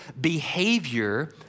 behavior